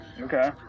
Okay